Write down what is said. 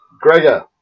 Gregor